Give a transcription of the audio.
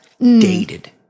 Dated